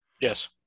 Yes